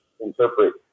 interpret